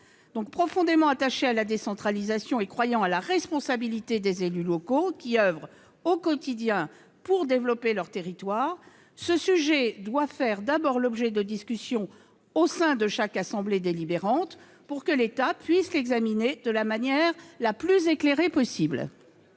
sommes profondément attachés à la décentralisation et que nous croyons à la responsabilité des élus locaux, qui oeuvrent au quotidien pour développer leur territoire, nous estimons que ce sujet doit faire d'abord l'objet de discussions au sein de chaque assemblée délibérante pour que l'État puisse l'examiner de la manière la plus éclairée possible.